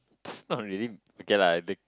not really okay lah I think